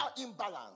imbalance